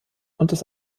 das